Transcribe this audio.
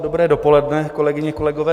Dobré dopoledne, kolegyně, kolegové.